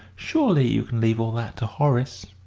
surely you can leave all that to horace!